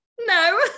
no